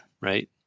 right